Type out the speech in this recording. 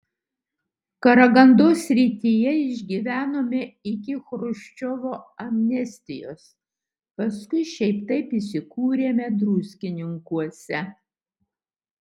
karagandos srityje išgyvenome iki chruščiovo amnestijos paskui šiaip taip įsikūrėme druskininkuose